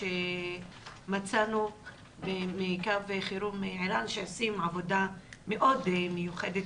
הנתונים שמצאנו בקו החירום "ערן" שעושים עבודה מאוד מיוחדת